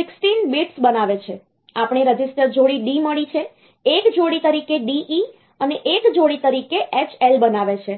16 bits બનાવે છે આપણને રજિસ્ટર જોડી D મળી છે એક જોડી તરીકે DE અને એક જોડી તરીકે H L બનાવે છે